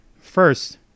first